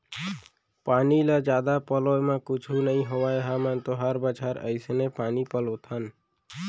पानी ल जादा पलोय म कुछु नइ होवय हमन तो हर बछर अइसने पानी पलोथन